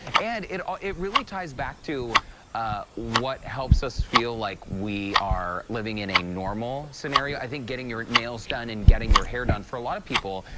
and it ah it really ties back to what helps us feel like we are living in a normal scenario. i think getting your nails done and getting your hair done for a lot of people,